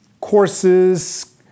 courses